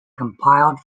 compiled